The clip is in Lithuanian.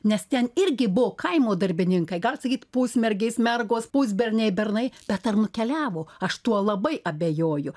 nes ten irgi buvo kaimo darbininkai gal sakyt pusmergės mergos pusberniai bernai bet ar nukeliavo aš tuo labai abejoju